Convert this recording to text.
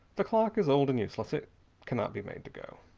the clock is old and useless. it cannot be made to go.